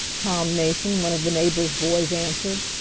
tom mason, one of the neighbors' boys, answered.